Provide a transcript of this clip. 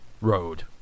road